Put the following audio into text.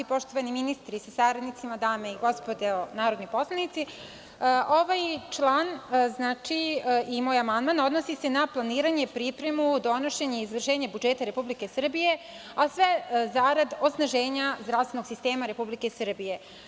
Poštovani ministri sa saradnicima, dame i gospodo narodni poslanici, ovaj član i moj amandman, odnosi se na planiranje, pripremu, donošenje i izvršenje budžeta Republike Srbije, a sve zarad osnaženja zdravstvenog sistema Republike Srbije.